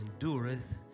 endureth